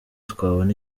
twabona